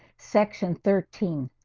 section thirteen